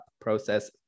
process